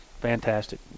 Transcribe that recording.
Fantastic